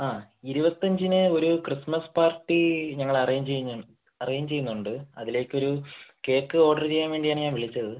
ആ ഇരുപത്തഞ്ചിന് ഒരു ക്രിസ്മസ് പാർട്ടി ഞങ്ങൾ അറേഞ്ച് ചെയ്യുന്നു അറേഞ്ച് ചെയ്യുന്നുണ്ട് അതിലേക്കൊരു കേക്ക് ഓർഡർ ചെയ്യാൻ വേണ്ടി ആണ് ഞാൻ വിളിച്ചത്